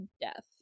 death